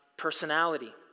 personality